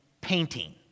painting